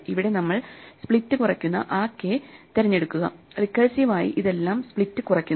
ഇവിടെ നമ്മൾ സ്പ്ലിറ്റ് കുറക്കുന്ന ആ k തിരഞ്ഞെടുക്കുക റിക്കേഴ്സീവ് ആയി ഇതെല്ലം സ്പ്ലിറ്റ് കുറക്കുന്നു